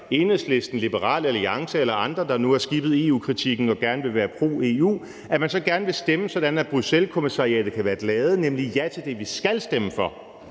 Enhedslisten, Liberal Alliance eller andre, der nu har skippet EU-kritikken og gerne vil være pro EU – gerne vil stemme for, sådan at Bruxelleskommissariatet kan være glade, nemlig ja til det, vi skal stemme for,